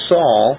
Saul